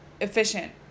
efficient